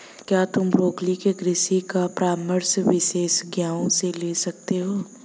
क्या तुम ब्रोकोली के कृषि का परामर्श विशेषज्ञों से ले सकते हो?